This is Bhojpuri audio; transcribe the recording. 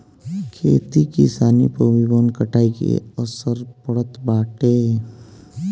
खेती किसानी पअ भी वन कटाई के असर पड़त बाटे